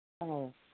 ꯑꯧ